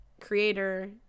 creator